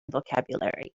vocabulary